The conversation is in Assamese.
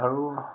আৰু